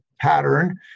pattern